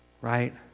right